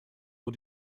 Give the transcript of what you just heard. nur